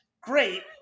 Great